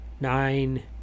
nine